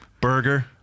Burger